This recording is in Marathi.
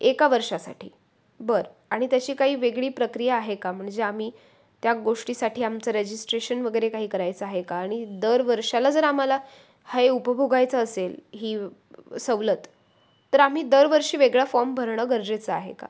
एका वर्षासाठी बरं आणि त्याची काही वेगळी प्रक्रिया आहे का म्हणजे आम्ही त्या गोष्टीसाठी आमचं रेजिस्ट्रेशन वगैरे काही करायचं आहे का आणि दर वर्षाला जर आम्हाला हे उपभोगायचं असेल ही सवलत तर आम्ही दरवर्षी वेगळा फॉम भरणं गरजेचं आहे का